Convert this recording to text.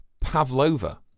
Pavlova